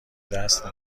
دست